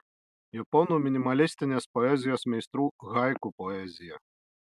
japonų minimalistinės poezijos meistrų haiku poezija